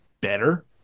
better